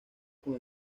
con